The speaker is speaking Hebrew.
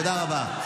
תודה רבה.